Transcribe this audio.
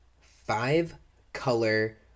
five-color